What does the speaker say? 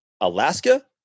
Alaska